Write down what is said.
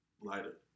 lighter